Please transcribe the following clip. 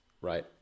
right